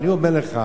ואני אומר לך,